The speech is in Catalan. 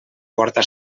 porta